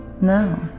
No